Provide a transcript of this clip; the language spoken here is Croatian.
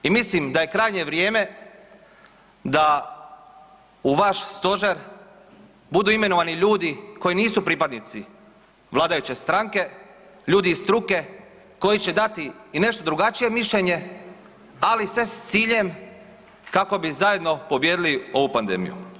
I mislim da je krajnje vrijeme da u vaš Stožer budu imenovani ljudi koji nisu pripadnici vladajuće stranke, ljudi iz struke, koji će dati i nešto drugačije mišljenje, ali sve s ciljem kako bi zajedno pobijedili ovu pandemiju.